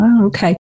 Okay